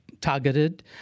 targeted